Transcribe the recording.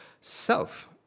self